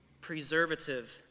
preservative